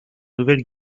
nouvelle